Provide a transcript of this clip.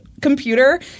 Computer